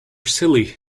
silly